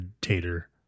tater